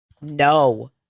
no